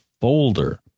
folder